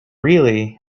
really